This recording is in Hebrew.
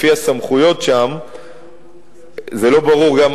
לפי הסמכויות שם זה לא ברור גם,